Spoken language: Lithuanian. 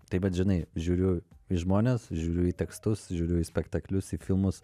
taip vat žinai žiūriu į žmones žiūriu į tekstus žiūriu į spektaklius į filmus